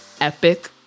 epic